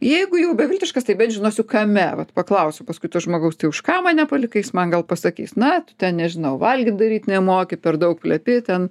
jeigu jau beviltiškas tai bent žinosiu kame vat paklausiu paskui to žmogaus tai už ką mane palikai jis man gal pasakys na tu ten nežinau valgyt daryt nemoki per daug plepi ten